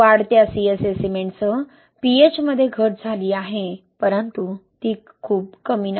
वाढत्या CSA सिमेंटसह pH मध्ये घट झाली आहे परंतु ती खूप कमी नाही